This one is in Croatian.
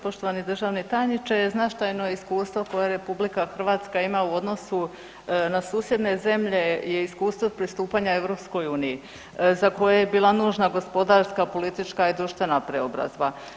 Poštovani državni tajniče, značajno iskustvo koje RH ima u odnosu na susjedne zemlje je iskustvo pristupanja EU za koje je bila nužna gospodarska, politička i društvena preobrazba.